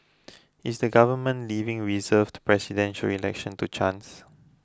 is the government leaving reserved Presidential Election to chance